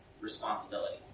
responsibility